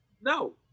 No